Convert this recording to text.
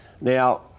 Now